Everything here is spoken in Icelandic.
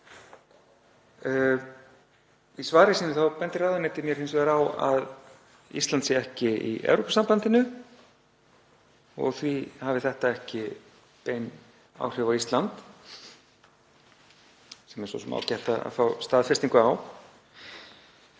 Í svari sínu benti ráðuneytið mér hins vegar á að Ísland sé ekki í Evrópusambandinu og því hafi þetta ekki bein áhrif á Ísland, sem er svo sem ágætt að fá staðfestingu á.